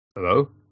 Hello